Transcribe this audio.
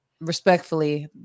respectfully